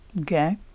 Okay